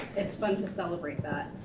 it's fun to celebrate that.